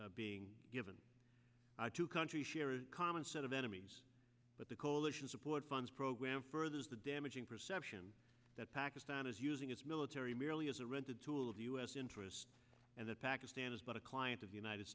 being given to countries share a common set of enemies but the coalition support funds program furthers the damaging perception that pakistan is using its military merely as a rented tool of u s interests and that pakistan is not a client of the united